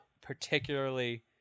particularly